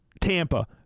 Tampa